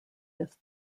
this